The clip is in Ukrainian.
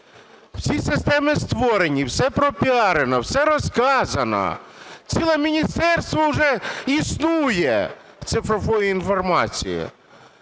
Всі системи створені. Все пропіарено. Все розказано. Ціле міністерство вже існує – цифрової інформації.